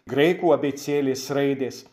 graikų abėcėlės raidės